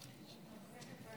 אפשר לנצל את הזמן